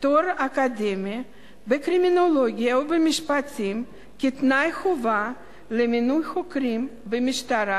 תואר אקדמי בקרימינולוגיה או במשפטים כתנאי חובה למינוי חוקרים במשטרה,